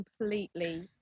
completely